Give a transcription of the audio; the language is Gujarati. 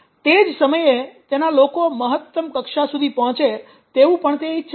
તે જ સમયે તેના લોકો મહત્તમ કક્ષા સુધી પહોચે તેવું પણ તે ઇચ્છે છે